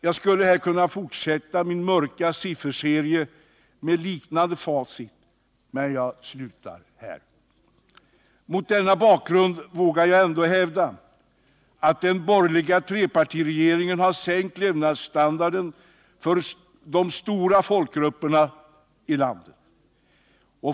Jag skulle kunna fortsätta min mörka sifferserie med liknande facit. Men jag slutar här. Mot denna bakgrund vågar jag ändå hävda att den borgerliga trepartiregeringen har sänkt levnadsstandarden för de stora folkgrupperna i landet.